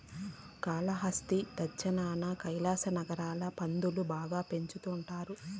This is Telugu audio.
కాలాస్త్రి దచ్చినాన కైలాసనగర్ ల పందులు బాగా పెంచతండారు